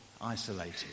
isolated